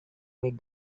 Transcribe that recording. make